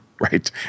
Right